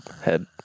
head